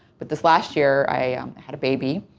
but this last year, i had a baby,